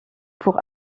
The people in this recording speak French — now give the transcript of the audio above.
pour